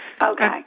Okay